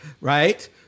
right